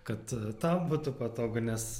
kad tau būtų patogu nes